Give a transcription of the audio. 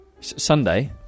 Sunday